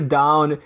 down